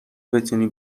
بتونی